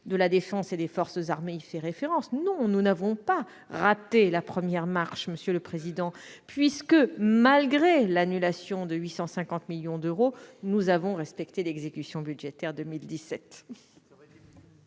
de la défense et des forces armées y fait référence, que, non, nous n'avons pas « raté la première marche ». En effet, malgré l'annulation de 850 millions d'euros, nous avons respecté l'exécution budgétaire 2017.